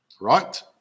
right